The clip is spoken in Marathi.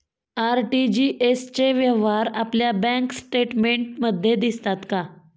आर.टी.जी.एस चे व्यवहार आपल्या बँक स्टेटमेंटमध्ये दिसतात का?